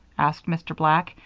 asked mr. black,